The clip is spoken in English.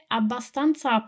abbastanza